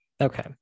Okay